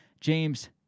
James